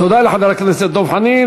תודה לחבר הכנסת דב חנין.